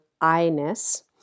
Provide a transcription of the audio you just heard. I-ness